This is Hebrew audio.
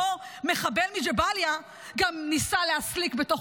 אותו מחבל מג'באליה גם ניסה להסליק בתוך